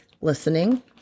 listening